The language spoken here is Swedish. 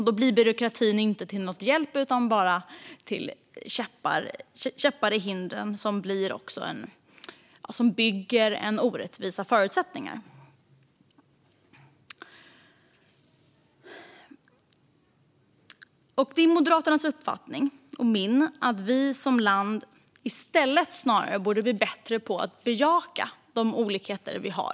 Då blir byråkratin inte till någon hjälp utan sätter bara käppar i hjulen och skapar orättvisa förutsättningar. Det är Moderaternas och min uppfattning att vi som land i stället borde bli bättre på att bejaka de olikheter vi har.